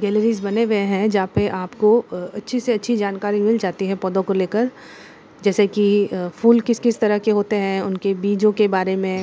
galleries बने हुए हैं जहाँ पे आपको अच्छी से अच्छी जानकारी मिल जाती हैं पौधों को लेकर जैसे कि फूल किस किस तरह के होते हैं उनके बीजों के बारे में